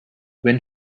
when